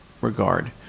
regard